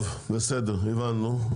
בסדר, הבנו,